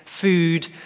food